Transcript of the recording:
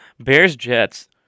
Bears-Jets